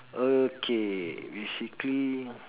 okay basically